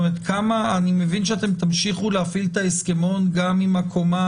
אני מבין שאתם תמשיכו להפעיל את ההסכמון גם עם הקומה